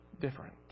different